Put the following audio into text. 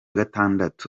gatandatu